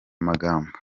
magambo